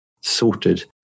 sorted